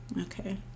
Okay